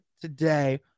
today